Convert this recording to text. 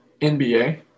NBA